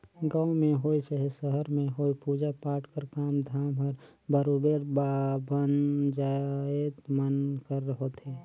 गाँव में होए चहे सहर में होए पूजा पाठ कर काम धाम हर बरोबेर बाभन जाएत मन कर होथे